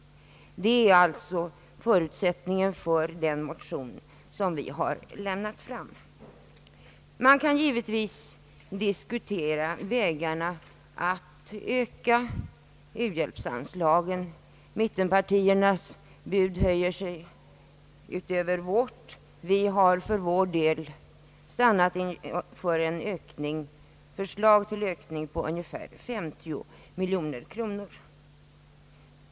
Detta är alltså bakgrunden till den motion som vi har lämnat fram. Man kan givetvis diskutera vägarna att öka u-hjälpsanslagen. Mittenpartiernas bud är högre än vårt. Vi har för vår del stannat för ett förslag till ökning på ungefär 50 miljoner kronor.